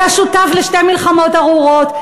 היה שותף לשתי מלחמות ארורות,